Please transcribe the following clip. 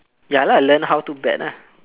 ya lah learn how to bet lah